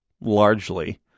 largely